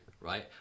Right